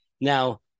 Now-